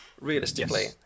realistically